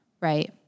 Right